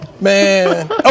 Man